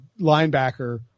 linebacker